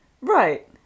Right